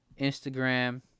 Instagram